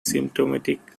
symptomatic